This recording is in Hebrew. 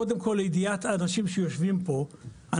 קודם כל לידיעת אנשים שיושבים פה,